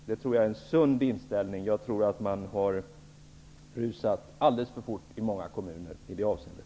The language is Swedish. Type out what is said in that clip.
Jag tror att det är en sund inställning. Jag tror att man rusat alldeles för fort i många kommuner i det avseendet.